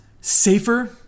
safer